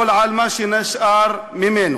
או על מה שנשאר ממנו.